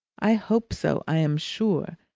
i hope so, i am sure,